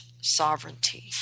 sovereignty